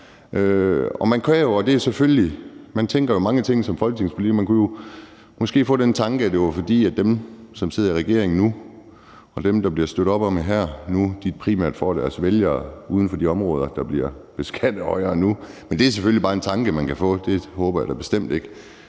Man tænker jo mange ting som folketingspolitiker, og man kunne jo måske få den tanke, at det var, fordi dem, som sidder i regering nu, og dem, der bliver støttet op om her, primært får deres vælgere uden for de områder, der bliver beskattet højere nu. Men det er selvfølgelig bare en tanke, man kan få – det håber jeg da bestemt ikke